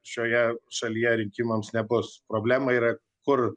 šioje šalyje rinkimams nebus problema yra kur